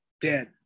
Dead